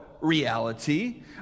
reality